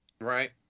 right